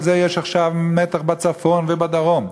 על זה יש עכשיו מתח בצפון ובדרום.